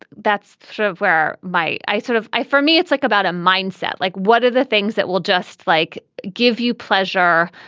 that's sort of where my i sort of i for me, it's like about a mindset like what are the things that will just like give you pleasure,